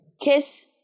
kiss